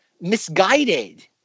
Misguided